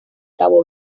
cabo